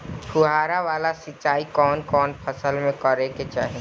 फुहारा वाला सिंचाई कवन कवन फसल में करके चाही?